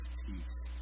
peace